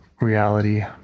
reality